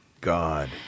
God